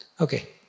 Okay